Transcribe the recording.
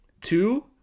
Two